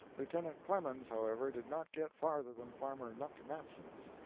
lieutenant clemens, however, did not get farther than farmer nuck matson's.